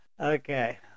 Okay